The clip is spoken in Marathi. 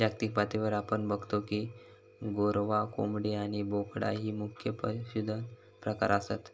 जागतिक पातळीवर आपण बगतो की गोरवां, कोंबडी आणि बोकडा ही मुख्य पशुधन प्रकार आसत